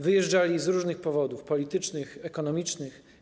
Wyjeżdżali z różnych powodów: politycznych, ekonomicznych.